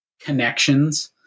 connections